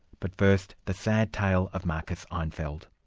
but first, the sad tale of marcus einfeld.